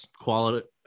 quality